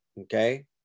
okay